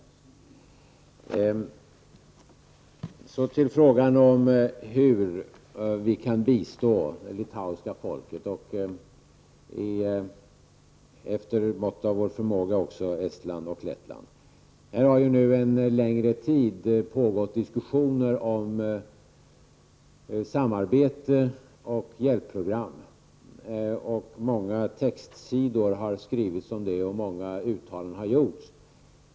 Beträffande hur vi i Sverige skall kunna bistå det litauiska folket, och efter måttet av vår förmåga också Estland och Lettland, har det under en längre tid pågått diskussioner om samarbete och hjälpprogram. Många textsidor har skrivits om detta, och många uttalanden har gjorts.